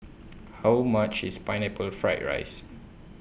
How much IS Pineapple Fried Rice